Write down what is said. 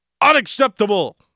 Unacceptable